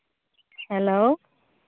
hello